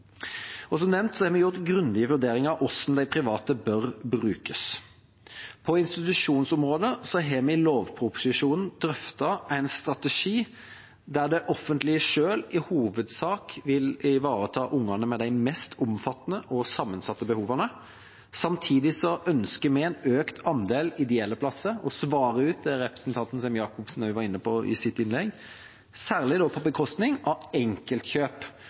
Som nevnt har vi gjort grundige vurderinger av hvordan de private bør brukes. På institusjonsområdet har vi i lovproposisjonen drøftet en strategi der det offentlige selv i hovedsak vil ivareta ungene med de mest omfattende og sammensatte behovene. Samtidig ønsker vi en økt andel ideelle plasser og å svare opp det som representanten Sem-Jacobsen var inne på i sitt innlegg, særlig på bekostning av enkeltkjøp